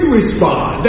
respond